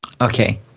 Okay